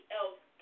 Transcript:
else